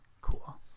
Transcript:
Cool